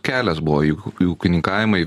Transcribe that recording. kelias buvo į į ūkininkavimą į